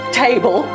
table